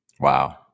Wow